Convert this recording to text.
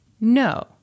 No